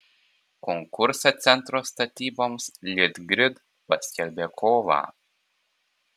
konkursą centro statyboms litgrid paskelbė kovą